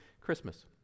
Christmas